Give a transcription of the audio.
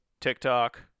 tiktok